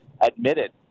admitted